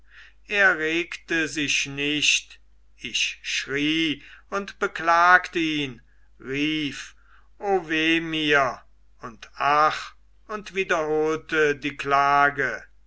er regte sich nicht ich schrie und beklagt ihn rief o weh mir und ach und wiederholte die klage